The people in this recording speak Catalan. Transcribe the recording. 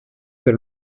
per